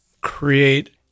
create